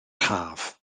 haf